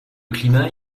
climat